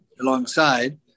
alongside